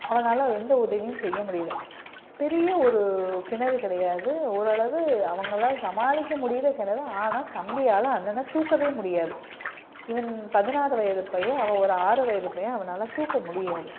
அவனால் எந்த உதவியும் செய்ய முடியலை பெரிய ஒரு கிணறு கிடையாது ஓரளவு அவங்களால சமாளிக்க முடியுது கிணறு ஆனால் தம்பியால் அண்ணன தூக்கவே முடியாது இவன் பதினாறு வயது பையன் அவன் ஒரு ஆறு வயது பையன் அவனால் தூக்க முடியாது